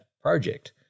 project